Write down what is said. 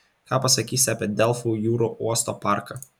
ką pasakysi apie delfų jūrų uosto parką